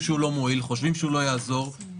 לא לכל אחד מהם יש דירה.